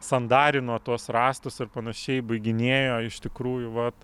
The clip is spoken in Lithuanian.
sandarino tuos rąstus ir panašiai baiginėjo iš tikrųjų vat